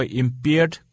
impaired